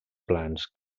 plans